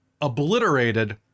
obliterated